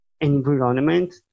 environment